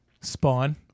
Spawn